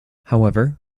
however